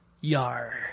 Yar